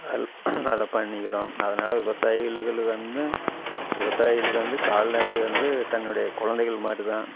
அதை பண்ணிக்கிறோம் அதனால் விவசாயிகளுகளுக்கு வந்து விவசாயிகளுக்கு வந்து கால்நடை வந்து தன்னுடைய குழந்தைகள் மாதிரிதான்